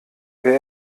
wer